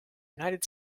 united